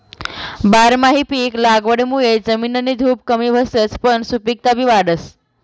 बारमाही पिक लागवडमुये जमिननी धुप कमी व्हसच पन सुपिकता बी वाढस